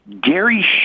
Gary